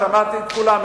שמעתי את כולם,